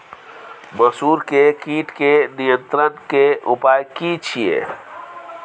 मसूर के कीट के नियंत्रण के उपाय की छिये?